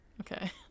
Okay